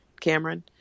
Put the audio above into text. Cameron